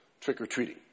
trick-or-treating